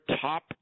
top